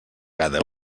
cada